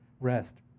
rest